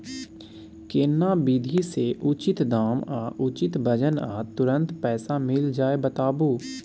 केना विधी से उचित दाम आ उचित वजन आ तुरंत पैसा मिल जाय बताबू?